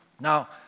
Now